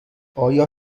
آیا